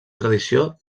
tradició